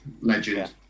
legend